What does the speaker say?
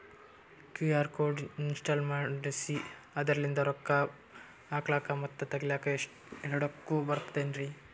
QR code ನ install ಮಾಡೆಸಿ ಅದರ್ಲಿಂದ ರೊಕ್ಕ ಹಾಕ್ಲಕ್ಕ ಮತ್ತ ತಗಿಲಕ ಎರಡುಕ್ಕು ಬರ್ತದಲ್ರಿ?